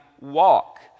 walk